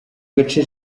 gace